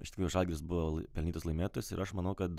iš tikrųjų žalgiris buvo pelnytas laimėtojas ir aš manau kad